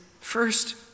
first